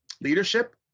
leadership